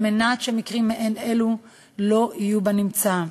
על מנת שמקרים מעין אלו לא יהיו בנמצא.